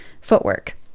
footwork